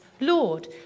Lord